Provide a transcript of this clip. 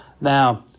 Now